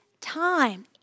time